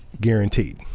guaranteed